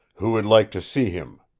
who would like to see him,